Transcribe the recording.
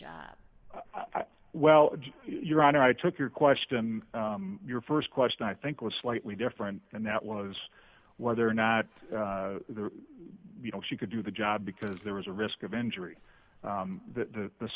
and well your honor i took your question your st question i think was slightly different and that was whether or not you know she could do the job because there was a risk of injury the the